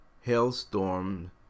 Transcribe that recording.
Hailstorm